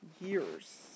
Years